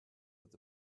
with